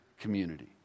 community